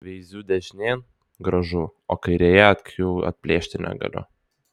veiziu dešinėn gražu o kairėje akių atplėšti negaliu